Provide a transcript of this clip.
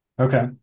Okay